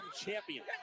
champion